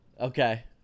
Okay